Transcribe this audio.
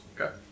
Okay